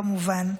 כמובן.